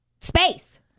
space